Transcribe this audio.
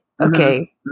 Okay